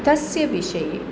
तस्य विषये